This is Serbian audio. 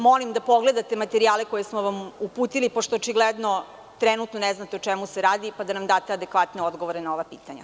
Molim vas da pogledate materijale koje smo vam uputili, pošto očigledno trenutno ne znate o čemu se radi, pa da nam date adekvatne odgovore na ova pitanja.